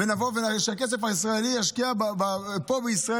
אז שהכסף הישראלי יושקע בישראל,